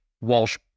Walsh